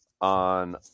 on